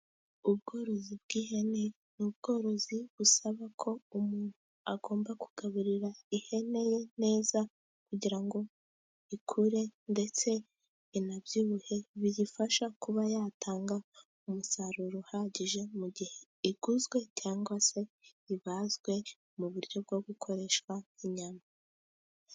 Ubworozi bw'ihene ni ubworozi busaba ko umuntu agomba kugaburira ihene ye neza, kugira ngo ikure ndetse inabyibuhe. Biyifasha kuba yatanga umusaruro uhagije, mu gihe iguzwe cyangwa se ibazwe mu buryo bwo gukoreshwa inyama.